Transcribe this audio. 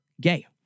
gay